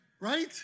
right